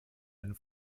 einem